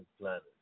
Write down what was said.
planet